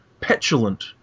petulant